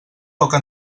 poca